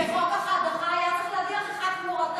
בחוק ההדחה היה צריך להדיח אחד כמו גטאס,